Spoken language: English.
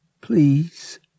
Please